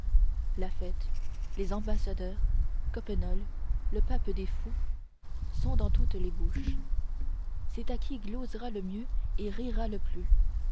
la fête les ambassadeurs coppenole le pape des fous sont dans toutes les bouches c'est à qui glosera le mieux et rira le plus